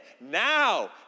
now